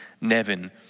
Nevin